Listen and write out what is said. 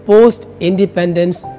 Post-Independence